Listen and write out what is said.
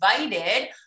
invited